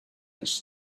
his